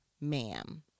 ma'am